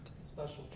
Special